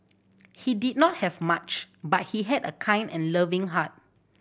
he did not have much but he had a kind and loving heart